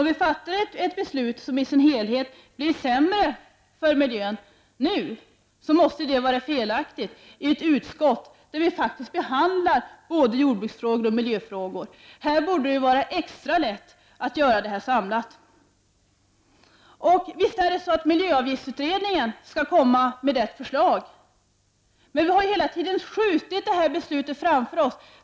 Att fatta ett beslut som innebär att det blir sämre för miljön i dess helhet nu måste vara felaktigt, och det sker i ett utskott där vi faktiskt behandlar både jordbruksfrågor och miljöfrågor! Här borde det vara extra lätt att göra det samlat. Visst skall miljöavgiftsutredningen komma med ett förslag. Men vi har ju hela tiden skjutit det här beslutet framför oss.